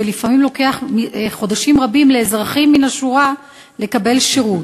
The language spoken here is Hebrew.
ולפעמים לוקח חודשים רבים לאזרחים מהשורה לקבל שירות?